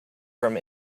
from